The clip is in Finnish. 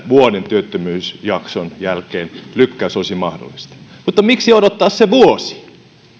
vuoden työttömyysjakson jälkeen lykkäys olisi mahdollista mutta miksi odottaa se vuosi